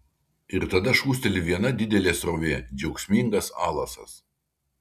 ir tada šūsteli viena didelė srovė džiaugsmingas alasas